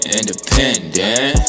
Independent